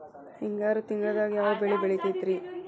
ಹಿಂಗಾರು ತಿಂಗಳದಾಗ ಯಾವ ಬೆಳೆ ಬೆಳಿತಿರಿ?